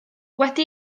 wedi